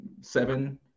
seven